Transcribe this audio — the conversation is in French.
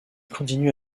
continue